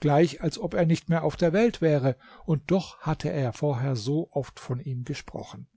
gleich als ob er nicht mehr auf der welt wäre und doch hatte er vorher sooft von ihm gesprochen